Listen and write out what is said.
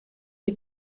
die